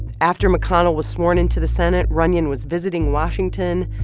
after mcconnell was sworn in to the senate, runyon was visiting washington,